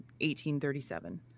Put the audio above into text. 1837